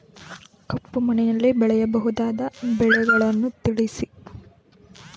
ಕಪ್ಪು ಮಣ್ಣಿನಲ್ಲಿ ಬೆಳೆಯಬಹುದಾದ ಬೆಳೆಗಳನ್ನು ತಿಳಿಸಿ?